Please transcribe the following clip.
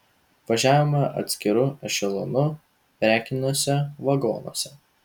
važiavome atskiru ešelonu prekiniuose vagonuose